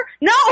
No